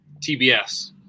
TBS